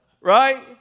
Right